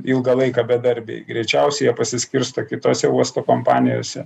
ilgą laiką bedarbiai greičiausiai jie pasiskirsto kitose uosto kompanijose